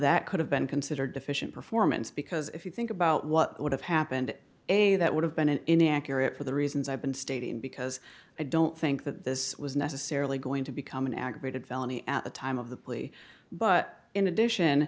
that could have been considered deficient performance because if you think about what would have happened a that would have been an inaccurate for the reasons i've been stating because i don't think that this was necessarily going to become an aggravated felony at the time of the plea but in addition